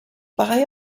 buy